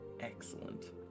excellent